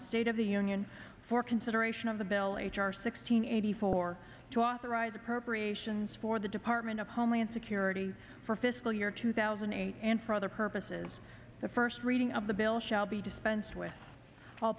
the state of the union for consideration of the bill h r six hundred eighty four to authorize appropriations for the department of homeland security for fiscal year two thousand and eight and for other purposes the first reading of the bill shall be dispensed with all